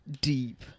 deep